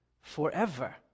forever